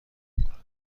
میکنند